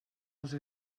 els